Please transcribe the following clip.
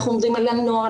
אנחנו מדברים על בני הנוער,